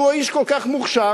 שהוא איש כל כך מוכשר,